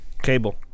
Cable